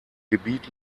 gebiet